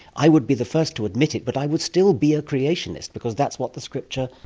i would be the first to admit it but i would still be a creationist because that's what the scripture.